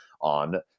on